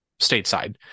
stateside